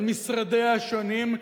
על משרדיה השונים,